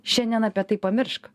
šiandien apie tai pamiršk